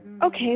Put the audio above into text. Okay